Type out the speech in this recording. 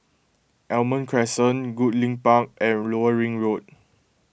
Almond Crescent Goodlink Park and Lower Ring Road